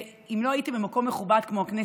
אם לא הייתי במקום מכובד כמו הכנסת,